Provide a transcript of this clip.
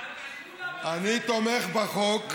הם כולם, אני תומך בחוק,